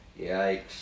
Yikes